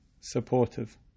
supportive